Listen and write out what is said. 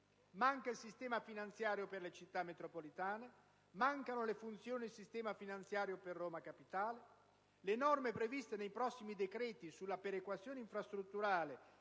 manca il sistema finanziario per le città metropolitane; mancano le funzioni e il sistema finanziario per Roma capitale. Le norme previste nei prossimi decreti sulla perequazione infrastrutturale